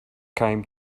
came